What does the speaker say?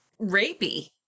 rapey